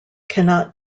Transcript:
cannot